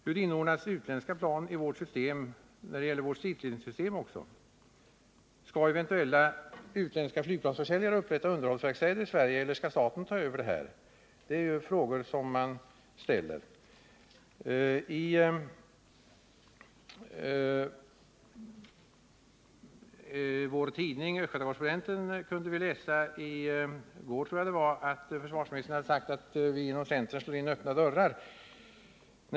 Hur inordnas utländska plan i vårt bassystem, vårt stridsledningssystem? Skall eventuella utländska flygplansförsäljare upprätta underhållsverkstäder i Sverige, eller skall staten ta över detta? I vår tidning Östgöta Correspondenten kunde man i går läsa att försvarsministern sagt att vi inom centern slår in öppna dörrar.